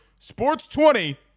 SPORTS20